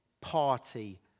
party